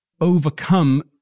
overcome